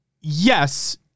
yes